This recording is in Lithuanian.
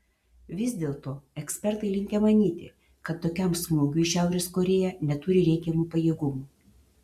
vis dėlto ekspertai linkę manyti kad tokiam smūgiui šiaurės korėja neturi reikiamų pajėgumų